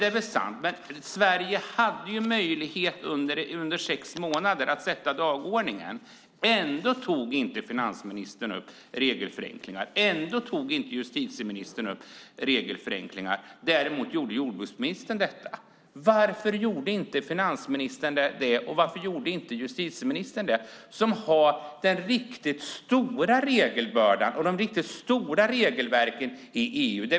Det är väl sant, men Sverige hade möjlighet under sex månader att sätta dagordningen. Ändå tog inte finansministern upp regelförenklingar. Ändå tog inte justitieministern upp regelförenklingar. Däremot gjorde jordbruksministern det. Varför gjorde inte finansministern eller justitieministern det som har den riktigt stora regelbördan och de riktigt stora regelverken i EU?